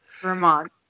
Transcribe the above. Vermont